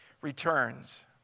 returns